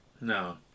No